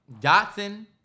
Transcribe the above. Dotson